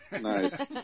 Nice